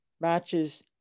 matches